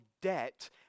debt